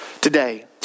today